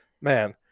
man